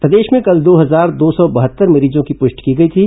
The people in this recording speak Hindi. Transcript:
प्रदेश में कल दो हजार दो सौ बहत्तर मरीजों की पुष्टि की गई थी